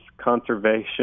conservation